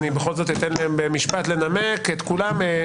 אני בכל זאת אתן להם משפט לנמק את כולם.